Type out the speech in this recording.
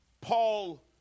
Paul